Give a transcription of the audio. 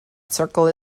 circle